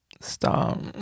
Stop